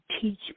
teach